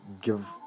give